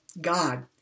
God